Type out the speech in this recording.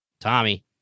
tommy